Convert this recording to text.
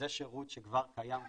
זה שירות שכבר קיים ועובד.